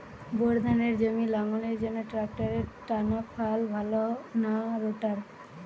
Bore ধানের জমি লাঙ্গলের জন্য ট্রাকটারের টানাফাল ভালো না রোটার?